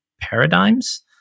paradigms